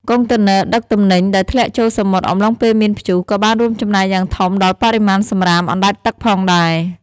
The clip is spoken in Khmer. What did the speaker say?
កុងតឺន័រដឹកទំនិញដែលធ្លាក់ចូលសមុទ្រអំឡុងពេលមានព្យុះ ក៏បានរួមចំណែកយ៉ាងធំដល់បរិមាណសំរាមអណ្តែតទឹកផងដែរ។